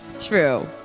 True